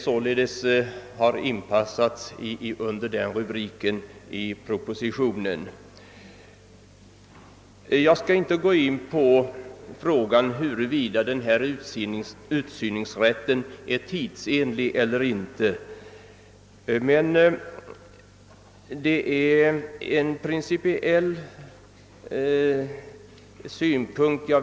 Jag skall inte alls gå in på frågan huruvida utsyningsrätten är tidsenlig eller inte, men jag vill anlägga en principiell synpunkt.